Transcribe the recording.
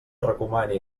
recomani